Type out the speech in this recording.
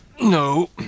No